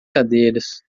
cadeiras